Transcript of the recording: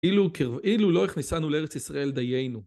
אילו לא הכניסנו לארץ ישראל דיינו